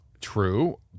True